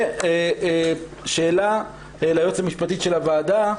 שאלה ליועצת המשפטית של הוועדה: